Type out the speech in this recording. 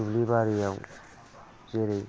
दुब्लि बारियाव जेरै